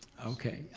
okay.